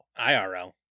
IRL